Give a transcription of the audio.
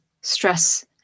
stress